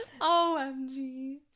omg